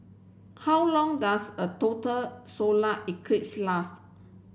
how long does a total solar eclipse last